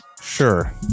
sure